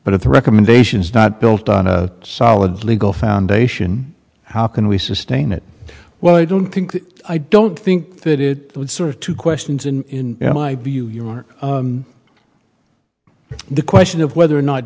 but if the recommendations not built on a solid legal foundation how can we sustain it well i don't think i don't think that it would sort of two questions in my view or the question of whether or not